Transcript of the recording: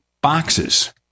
boxes